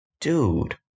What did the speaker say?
dude